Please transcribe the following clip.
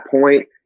point